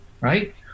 right